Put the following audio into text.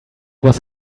was